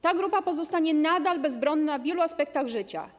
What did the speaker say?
Ta grupa pozostanie nadal bezbronna w wielu aspektach życia.